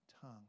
tongue